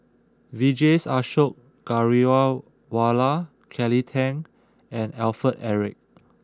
Vijesh Ashok Ghariwala Kelly Tang and Alfred Eric